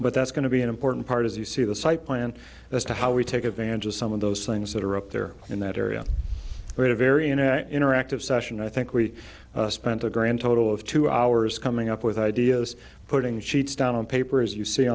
but that's going to be an important part as you see the site plan as to how we take advantage of some of those things that are up there in that area we're very into interactive session i think we spent a grand total of two hours coming up with ideas putting sheets down on paper as you see